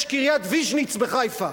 יש קריית-ויז'ניץ בחיפה.